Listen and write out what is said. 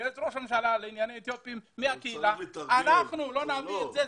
יועץ ראש הממשלה לענייני אתיופים מהקהילה אם אנחנו לא נביא את זה,